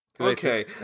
Okay